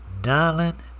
Darling